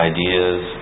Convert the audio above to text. Ideas